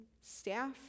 staff